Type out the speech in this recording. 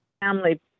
family